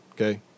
Okay